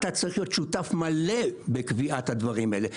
אתה צריך להיות שותף מלא בקביעת הדברים האלה.